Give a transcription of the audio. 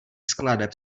skladeb